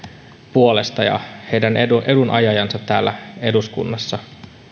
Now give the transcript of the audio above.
puolesta ja ovat heidän edunajajansa täällä eduskunnassa